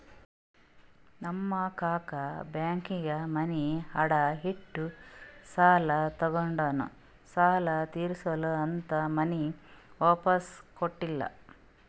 ನಮ್ ಕಾಕಾ ಬ್ಯಾಂಕ್ನಾಗ್ ಮನಿ ಅಡಾ ಇಟ್ಟು ಸಾಲ ತಗೊಂಡಿನು ಸಾಲಾ ತಿರ್ಸಿಲ್ಲಾ ಅಂತ್ ಮನಿ ವಾಪಿಸ್ ಕೊಟ್ಟಿಲ್ಲ